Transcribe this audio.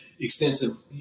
extensive